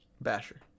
Basher